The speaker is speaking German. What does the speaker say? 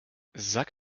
sag